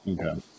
Okay